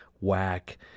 whack